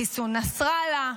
חיסול נסראללה,